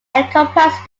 encompasses